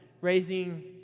raising